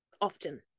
often